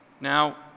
Now